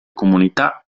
comunità